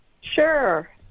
Sure